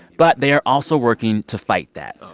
but they are also working to fight that.